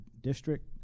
district